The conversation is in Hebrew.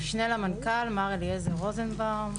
משנה למנכ"ל, מר אליעזר רוזנבאום.